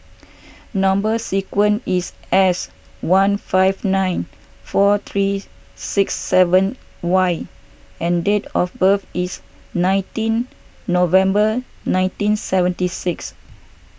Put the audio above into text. Number Sequence is S one five nine four three six seven Y and date of birth is nineteen November nineteen seventy six